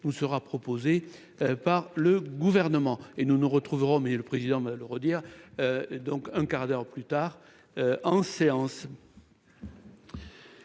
vous sera proposé par le gouvernement, et nous nous retrouverons, mais le président me le redire donc un quart d'heure plus tard en séance.